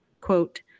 quote